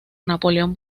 napoleón